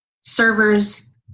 servers